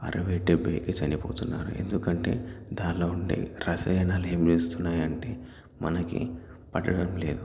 అరవై డెబ్భైకే చనిపోతున్నారు ఎందుకంటే దానిలో ఉండే రసాయనాలు ఏం చేస్తున్నాయి అంటే మనకి పడటం లేదు